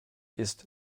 ist